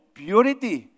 purity